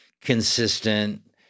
consistent